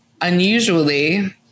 unusually